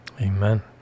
Amen